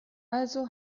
also